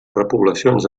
repoblacions